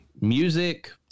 Music